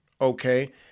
Okay